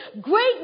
great